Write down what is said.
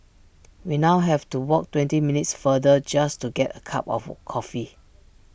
we now have to walk twenty minutes farther just to get A cup of coffee